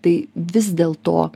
tai vis dėlto